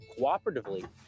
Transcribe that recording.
cooperatively